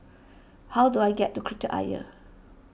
how do I get to Kreta Ayer